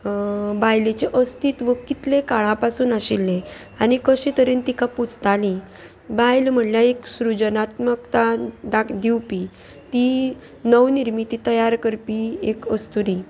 बायलेचे अस्तित्व कितले काळा पासून आशिल्ले आनी कशे तरेन तिका पुजताली बायल म्हणल्यार एक सृजनात्मकता दिवपी ती नवनिर्मिती तयार करपी एक अस्तुरी